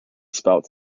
spelled